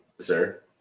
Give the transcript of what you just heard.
Sir